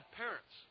parents